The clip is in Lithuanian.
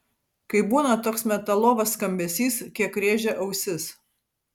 kai būna toks metalovas skambesys kiek rėžia ausis